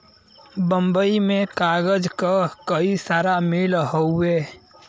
बम्बई में कागज क कई सारा मिल हउवे